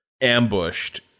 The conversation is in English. ambushed